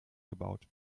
gebaut